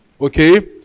okay